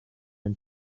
and